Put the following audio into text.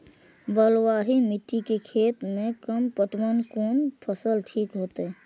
बलवाही मिट्टी के खेत में कम पटवन में कोन फसल ठीक होते?